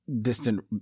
distant